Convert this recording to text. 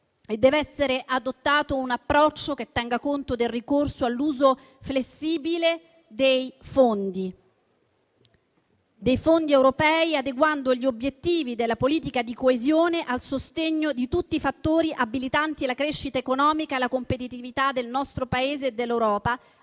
e deve essere adottato un approccio che tenga conto del ricorso all'uso flessibile dei fondi europei, adeguando gli obiettivi della politica di coesione al sostegno di tutti i fattori abilitanti la crescita economica e la competitività del nostro Paese e dell'Europa,